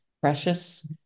precious